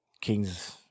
Kings